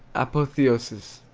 apotheosis.